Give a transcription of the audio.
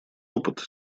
опыт